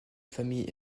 famille